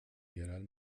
yerel